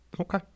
Okay